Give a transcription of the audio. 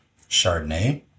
Chardonnay